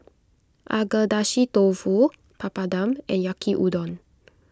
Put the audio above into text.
Agedashi Dofu Papadum and Yaki Udon